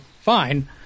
fine